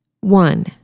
One